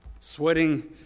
Sweating